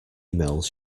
emails